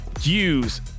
use